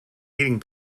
heating